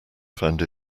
found